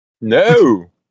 No